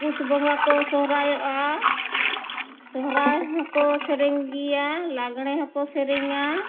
ᱯᱩᱥ ᱵᱚᱸᱜᱟ ᱠᱚ ᱥᱚᱦᱚᱨᱟᱭᱚᱜᱼᱟ ᱥᱚᱦᱚᱨᱟᱭ ᱦᱚᱸᱠᱚ ᱥᱮᱨᱮᱧ ᱜᱮᱭᱟ ᱞᱟᱜᱽᱬᱮ ᱦᱚᱸᱠᱚ ᱥᱮᱨᱮᱧᱟ